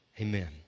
Amen